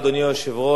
חברי הכנסת,